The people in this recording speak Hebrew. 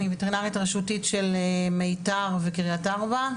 אני וטרינרית רשותית של מיתר וקריית ארבע.